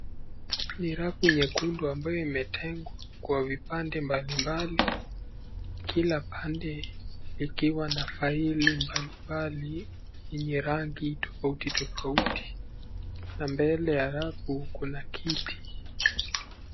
Ni rafu nyekundu ambayo imetengwa kwa vipande mbali mbali. Kila pande, ikiwa na faili mbali mbali yenye rangi tofauti tofauti, na mbele ya rafu kuna kiti.